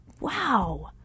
wow